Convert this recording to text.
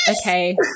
okay